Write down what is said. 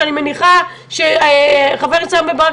שאני מניחה שחבר הכנסת יו"ר ועדת החו"ב רם בן ברק